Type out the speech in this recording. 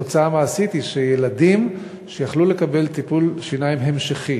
התוצאה המעשית היא שילדים שיכלו לקבל טיפול שיניים המשכי